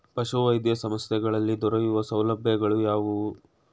ಪಶುವೈದ್ಯ ಸಂಸ್ಥೆಗಳಲ್ಲಿ ದೊರೆಯುವ ಸೌಲಭ್ಯಗಳು ಯಾವುವು?